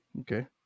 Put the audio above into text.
Okay